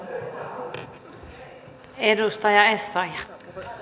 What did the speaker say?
tälle emme mahda mitään